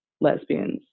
lesbians